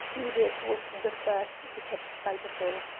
edith was the first to catch sight of him.